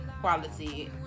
quality